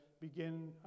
begin